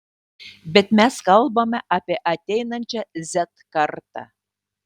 bet mes kalbame apie ateinančią z kartą